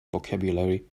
vocabulary